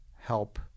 help